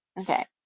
Okay